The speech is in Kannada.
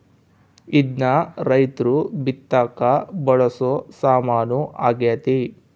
ಇದ್ನ ರೈರ್ತು ಬಿತ್ತಕ ಬಳಸೊ ಸಾಮಾನು ಆಗ್ಯತೆ